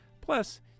Plus